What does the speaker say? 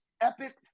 epic